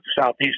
Southeast